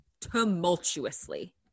tumultuously